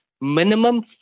minimum